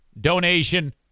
donation